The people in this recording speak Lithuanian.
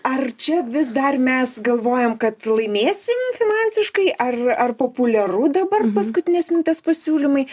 ar čia vis dar mes galvojam kad laimėsim finansiškai ar ar populiaru dabar paskutinės minutės pasiūlymai